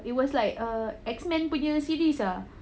it was like err X-men punya series ah